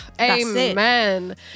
Amen